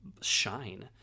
shine